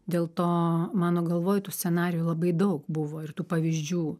dėl to mano galvoj tų scenarijų labai daug buvo ir tų pavyzdžių